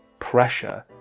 pressure.